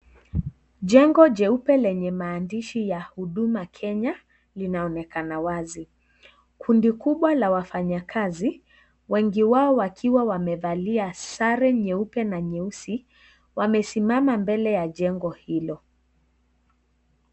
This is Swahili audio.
Jengo jeupe lenye maandishi ya huduma Kenya linaonekana wazi, kundi kubwa la wafanyakazi wengi wao wakiwa wamevalia sare nyeupe na nyeusi wamesimama mbele ya jengo hilo.